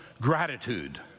gratitude